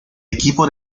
equipo